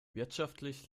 wirtschaftlich